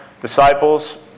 disciples